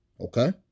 Okay